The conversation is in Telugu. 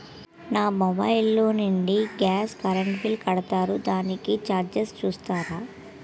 మా మొబైల్ లో నుండి గాస్, కరెన్ బిల్ కడతారు దానికి చార్జెస్ చూస్తారా?